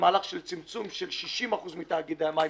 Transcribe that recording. מהלך של צמצום של 60% מתאגידי המים,